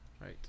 Right